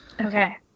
Okay